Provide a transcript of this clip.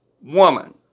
woman